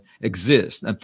exist